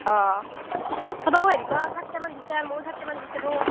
অঁ তয়ো হেৰি কৰ চাৰিটা মান বিচাৰ ময়ো চাৰিটা মান বিচাৰোঁ